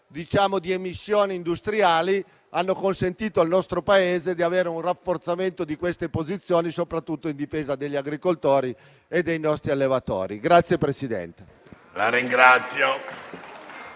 sulle emissioni industriali, hanno consentito al nostro Paese un rafforzamento di queste posizioni, soprattutto in difesa degli agricoltori e dei nostri allevatori.